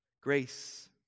Grace